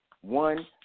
One